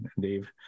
Dave